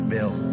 Bill